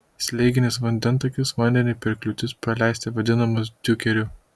slėginis vandentakis vandeniui per kliūtis praleisti vadinamas diukeriu